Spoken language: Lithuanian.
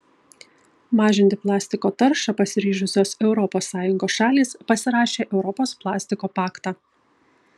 mažinti plastiko taršą pasiryžusios europos sąjungos šalys pasirašė europos plastiko paktą